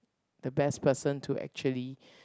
the best person to actually